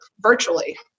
virtually